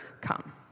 come